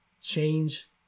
change